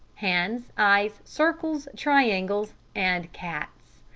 hands, eyes, circles, triangles and cats.